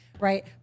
Right